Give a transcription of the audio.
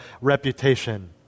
reputation